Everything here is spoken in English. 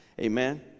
Amen